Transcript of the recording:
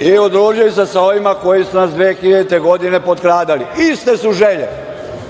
i udružili se sa ovima koji su nas 2000. godine potkradali. Iste su želje